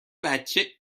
بچه